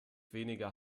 weniger